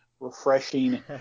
refreshing